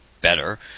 better